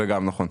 זה גם נכון.